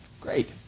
Great